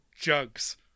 JUGS